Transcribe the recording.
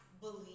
believe